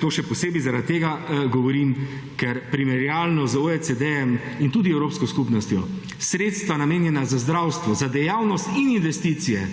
To še posebej zaradi tega govorim, ker primerjalno z OECD-jem in tudi evropsko skupnostjo, sredstva namenjena za zdravstvo, za dejavnost in investicije